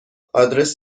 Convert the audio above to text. آدرس